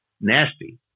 nasty